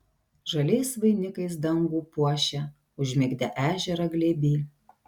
žaliais vainikais dangų puošia užmigdę ežerą glėby